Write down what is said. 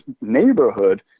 neighborhood